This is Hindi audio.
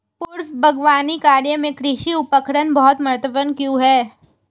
पूर्व बागवानी कार्यों में कृषि उपकरण बहुत महत्वपूर्ण क्यों है?